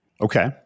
Okay